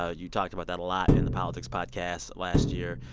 ah you talked about that a lot in the politics podcast last year.